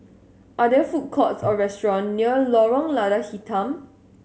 are there food courts or restaurant near Lorong Lada Hitam